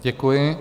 Děkuji.